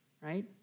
right